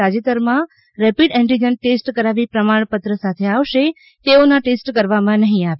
તાજેતરમાં rapid antigen test કરાવી પ્રમાણપત્ર સાથે આવશે તેઓના ટેસ્ટ કરવામાં નહી આવે